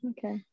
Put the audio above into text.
Okay